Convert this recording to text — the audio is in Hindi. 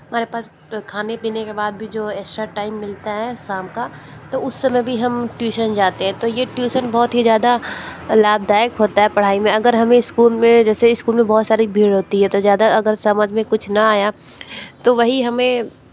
हमारे पास खाने पीने के बाद भी जो एक्स्ट्रा टाइम मिलता है शाम का तो उस समय भी हम ट्यूसन जाते हैं तो यह ट्यूसन बहुत ही ज़्यादा लाभदायक होता है पढ़ाई में अगर हम इस्कूल में जैसे इस्कूल में बहुत सारी भीड़ होती है तो ज़्यादा अगर समझ में कुछ ना आया तो वही हमें